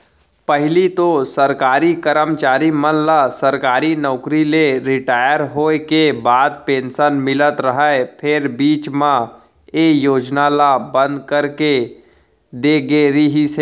पहिली तो सरकारी करमचारी मन ल सरकारी नउकरी ले रिटायर होय के बाद पेंसन मिलत रहय फेर बीच म ए योजना ल बंद करे दे गे रिहिस हे